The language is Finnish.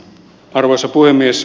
arvoisa puhemies